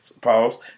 Pause